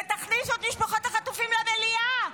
ותכניסו את משפחות החטופים למליאה.